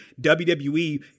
WWE